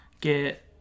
get